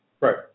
Right